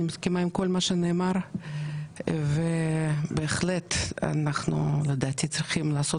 אני מסכימה עם כל מה שנאמר ובהחלט אנחנו לדעתי צריכים לעשות